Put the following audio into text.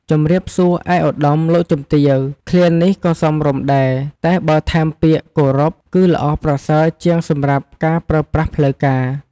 ជំរាបសួរឯកឧត្តម លោកជំទាវ ឃ្លានេះក៏សមរម្យដែរ តែបើថែមពាក្យ "គោរព" គឺល្អប្រសើរជាងសម្រាប់ការប្រើប្រាស់ផ្លូវការ។